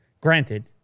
Granted